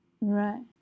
Right